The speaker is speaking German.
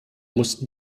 mussten